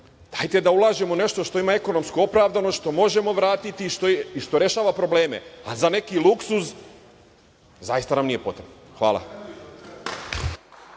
da ulažemo u nešto što ima ekonomsku opravdanost, što možemo vratiti i što rešava probleme, a za neki luksuz zaista nam nije potreban. Hvala.